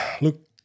look